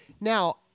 Now